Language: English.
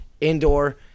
indoor